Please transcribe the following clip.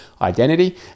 identity